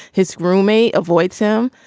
his roommate avoids him.